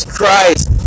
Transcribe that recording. Christ